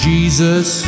Jesus